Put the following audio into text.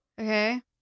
Okay